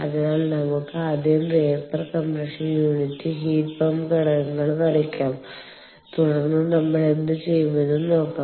അതിനാൽ നമുക്ക് ആദ്യം vapour compression unit heat pump ഘടകങ്ങൾ വരയ്ക്കാം തുടർന്ന് നമ്മൾ എന്തുചെയ്യുമെന്ന് നോക്കാം